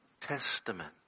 Testament